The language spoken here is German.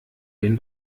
den